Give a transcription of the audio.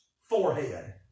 forehead